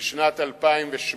בשנת 2008,